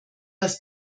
dass